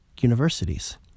universities